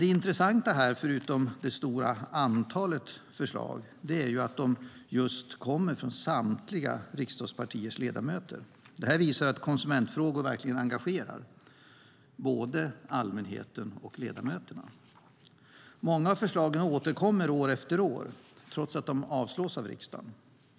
Det intressanta här är, förutom det stora antalet förslag, att de kommer från samtliga riksdagspartiers ledamöter. Det visar att konsumentfrågor verkligen engagerar både allmänheten och ledamöterna. Många av förslagen återkommer år efter år trots att de avslås av riksdagen.